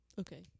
Okay